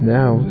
now